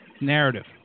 narrative